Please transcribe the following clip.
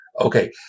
Okay